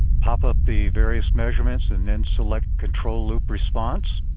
pop-up the various measurements and then select control loop response.